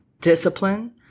discipline